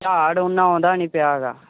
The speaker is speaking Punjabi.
ਝਾੜ ਓਨਾ ਆਉਂਦਾ ਨਹੀਂ ਪਿਆ ਗਾ